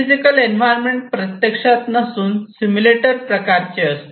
physical environment प्रत्यक्षात नसून simulator प्रकारचे असते